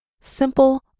simple